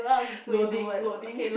loading loading